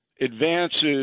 advances